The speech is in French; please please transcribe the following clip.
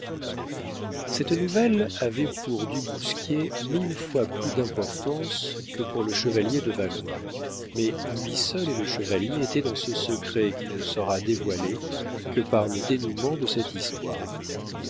cette nouvelle avait pour du bousquier mille fois plus d'importance que pour le chevalier de valois mais lui seul et le chevalier étaient dans ce secret qui ne sera dévoilé que par le dénouement de cette histoire